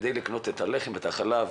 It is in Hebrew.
כדי לקנות את הלחם ואת החלב,